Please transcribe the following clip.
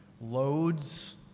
loads